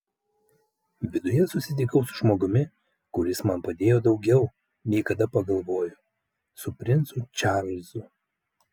viduje susitikau su žmogumi kuris man padėjo daugiau nei kada pagalvojo su princu čarlzu